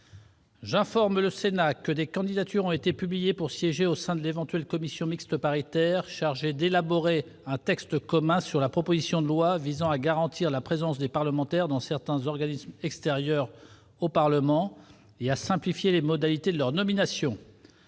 J'informe le Sénat que des candidatures ont été publiées pour siéger au sein de l'éventuelle commission mixte paritaire chargée d'élaborer un texte commun sur la proposition de loi visant à garantir la présence des parlementaires dans certains organismes extérieurs au Parlement et à simplifier les modalités de leur nomination.